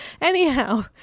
Anyhow